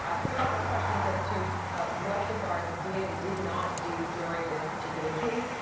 ah so a lot of questions as to what the guards did and did not do during this particular case.